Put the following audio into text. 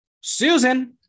Susan